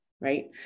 right